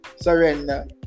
surrender